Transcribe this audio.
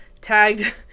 tagged